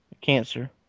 cancer